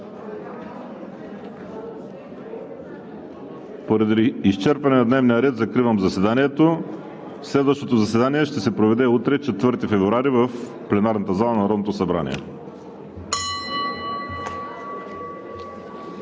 Поради изчерпване на дневния ред закривам заседанието. Следващото заседание ще се проведе утре – 4 февруари 2021 г., в пленарната зала на Народното събрание.